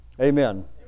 Amen